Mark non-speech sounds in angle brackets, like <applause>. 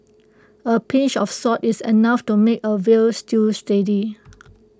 A pinch of salt is enough to make A Veal Stew <unintelligible>